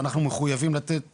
ואנחנו מחויבים לתת